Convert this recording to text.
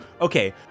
Okay